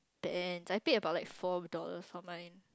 I paid about four dollars for mine